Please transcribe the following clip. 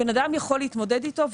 שבן אדם יכול להתמודד איתו.